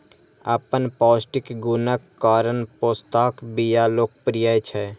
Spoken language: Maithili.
अपन पौष्टिक गुणक कारण पोस्ताक बिया लोकप्रिय छै